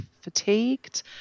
fatigued